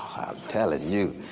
telling you.